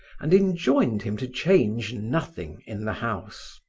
and enjoined him to change nothing in the house.